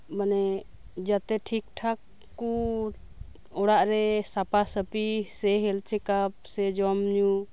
ᱢᱟᱱᱮ ᱡᱟᱛᱮ ᱴᱷᱤᱠ ᱴᱷᱟᱠ ᱠᱚ ᱚᱲᱟᱜ ᱨᱮ ᱥᱟᱯᱟ ᱥᱟᱯᱤ ᱥᱮ ᱦᱮᱞᱛᱷ ᱪᱮᱠᱟᱯ ᱥᱮ ᱡᱚᱢ ᱧᱩ